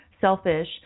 selfish